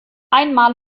einmal